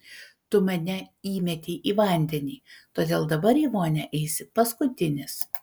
tu mane įmetei į vandenį todėl dabar į vonią eisi paskutinis